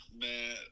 man